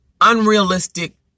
unrealistic